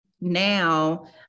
now